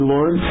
Lord